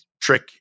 trick